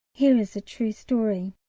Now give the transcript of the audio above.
here is a true story.